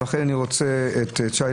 ואחרי זה אני רוצה על 19,